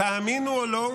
תאמינו או לא,